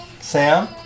Sam